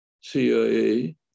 CIA